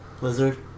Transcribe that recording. lizard